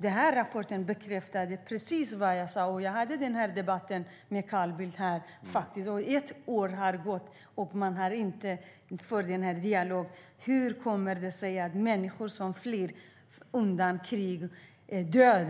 Den här rapporten bekräftar precis vad jag sagt. Jag hade en debatt med Carl Bildt här. Ett år har gått, men man har inte fört den här dialogen. Människor flyr för sina liv undan krig och död